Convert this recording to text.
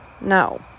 no